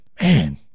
man